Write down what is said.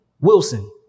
Wilson